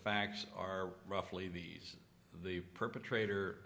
facts are roughly these the perpetrator